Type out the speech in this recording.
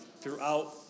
throughout